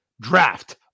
draft